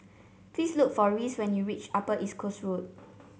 please look for Reece when you reach Upper East Coast Road